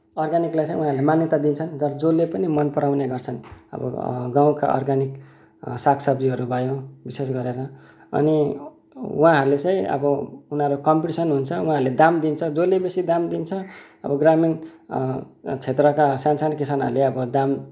अर्ग्यानिकलाई चाहिँ उहाँहरूले मान्यता दिन्छन् जो जसले पनि मन पराउने गर्छन् अब गाउँका अर्ग्यानिक साग सब्जीहरू भयो विशेष गरेर अनि उहाँहरूले चाहिँ अब उनीहरू कम्पिटिसन् हुन्छ उहाँहरूले दाम दिन्छ जसले बेसी दाम दिन्छ अब ग्रामीण क्षेत्रका साना साना किसानहरूले अब दाम